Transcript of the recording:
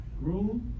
Rule